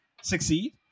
succeed